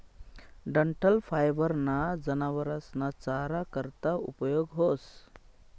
डंठल फायबर ना जनावरस ना चारा करता उपयोग व्हस